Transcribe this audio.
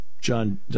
John